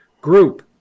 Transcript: group